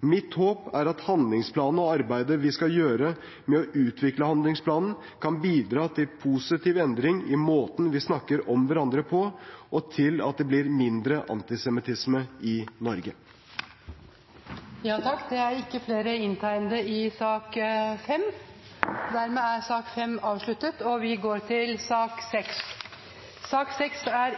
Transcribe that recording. Mitt håp er at handlingsplanen og arbeidet vi skal gjøre med å utvikle handlingsplanen, kan bidra til positiv endring i måten vi snakker om hverandre på, og til at det blir mindre antisemittisme i Norge. Flere har ikke bedt om ordet til sak nr. 5. Etter